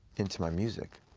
into my music.